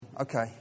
Okay